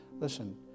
Listen